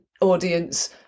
audience